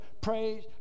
Praise